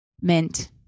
mint